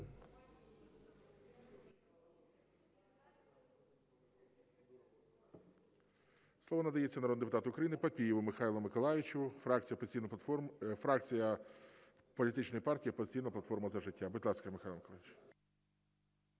Слово надається народному депутату України Папієву Михайлу Миколайовичу, фракція політичної партії "Опозиційна платформа – За життя". Будь ласка, Михайло Миколайович.